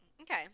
Okay